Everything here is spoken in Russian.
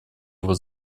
его